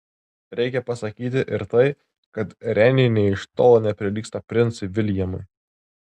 reikia pasakyti ir tai kad renė nė iš tolo neprilygsta princui viljamui